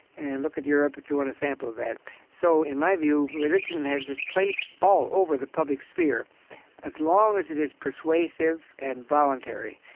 and look at europe if you want a sample of that so in my view, religion has its place all over the public sphere as long as it is persuasive and voluntary.